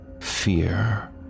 fear